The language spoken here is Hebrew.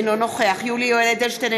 אינו נוכח יולי יואל אדלשטיין,